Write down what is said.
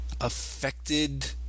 affected